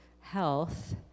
health